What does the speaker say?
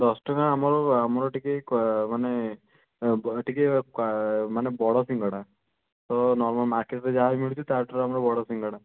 ଦଶ ଟଙ୍କା ଆମର ଆମର ଟିକିଏ ମାନେ ଟିକିଏ ମାନେ ବଡ଼ ସିଙ୍ଗଡ଼ା ତ ମାର୍କେଟରେ ଯାହାବି ମିଳୁଛି ତା ଠାରୁ ଆମର ବଡ଼ ସିଙ୍ଗଡ଼ା